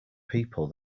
people